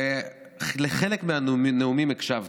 לחלק מהנאומים הקשבתי,